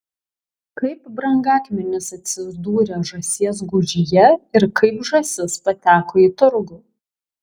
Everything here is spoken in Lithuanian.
kaip brangakmenis atsidūrė žąsies gūžyje ir kaip žąsis pateko į turgų